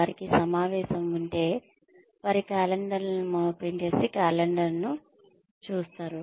వారికి సమావేశం ఉంటే వారికి క్యాలెండర్ ఉంటే వారు మొదట క్యాలెండర్ ను చూస్తారు